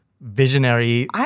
visionary